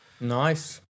Nice